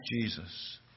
Jesus